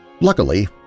Luckily